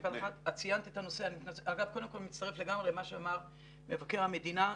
קודם כל אני מצטרף לגמרי למה שאמר מבקר המדינה.